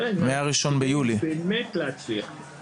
באמת להצליח.